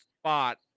spot